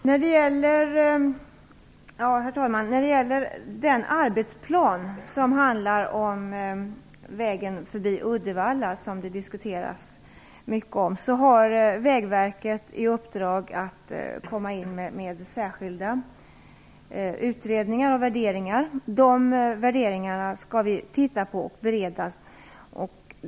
Herr talman! När det gäller den arbetsplan om vägen förbi Uddevall som diskuteras mycket har Vägverket i uppdrag att komma in med särskilda utredningar och värderingar. De värderingarna skall vi se över och bereda.